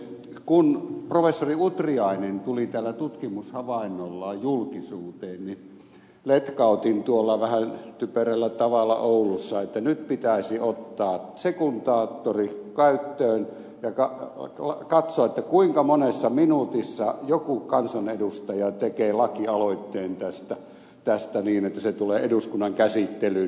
kun professori utriainen tuli tällä tutkimushavainnollaan julkisuuteen letkautin tuolla vähän typerällä tavalla oulussa että nyt pitäisi ottaa sekundaattori käyttöön ja katsoa kuinka monessa minuutissa joku kansanedustaja tekee lakialoitteen tästä niin että se tulee eduskunnan käsittelyyn